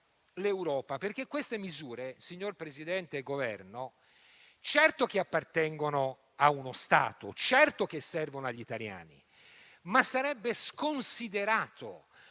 Queste misure, signor Presidente, rappresentanti del Governo, certo che appartengono a uno Stato, certo che servono agli italiani, ma sarebbe sconsiderato,